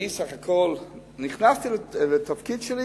אני סך הכול נכנסתי לתפקיד שלי